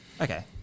Okay